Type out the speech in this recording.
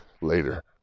later